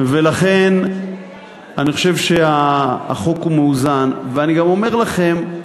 ולכן אני חושב שהחוק מאוזן, ואני גם אומר לכם,